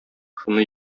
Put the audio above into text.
шуны